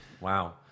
Wow